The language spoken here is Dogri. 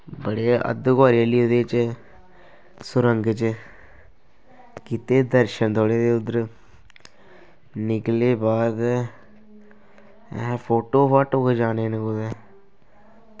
बड़े अद्ध कवारी आह्ले ओह्दे च सुरंग च कीते दर्शन थोह्ड़े जेह् उद्धर निकले बाह्र ते अहें फोटो फाटो खचाने न कुदै